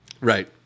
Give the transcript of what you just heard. Right